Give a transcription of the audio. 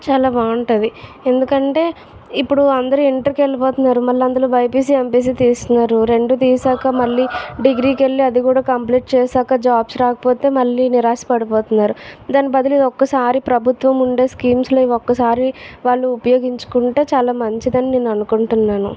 చాలా బాగుంటుంది ఎందుకంటే ఇప్పుడు అందరూ ఇంటర్ కు వెళ్ళిపోతున్నారు మళ్ళ అందరూ బైపిసి ఎంపీసీ తీస్తున్నారు రెండు తీసాక మళ్ళీ డిగ్రీ కెళ్ళీ అది గూడా కంప్లీట్ చేశాక జాబ్స్ రాకపోతే మళ్ళీ నిరాశ పడిపోతున్నారు దాని బదులు ఒక్కసారి ప్రభుత్వం ఉండే స్కీమ్స్ లో ఈ ఒక్కసారి వాళ్ళు ఉపయోగించుకుంటే చాలా మంచిదని నేను అనుకుంటున్నాను